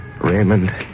Raymond